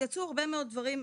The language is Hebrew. יצאו הרבה מאוד דברים אחרים.